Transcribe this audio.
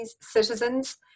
citizens